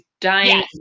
dying